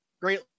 Great